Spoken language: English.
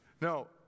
No